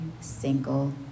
single